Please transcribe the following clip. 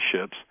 ships